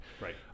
Right